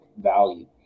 value